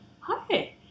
Hi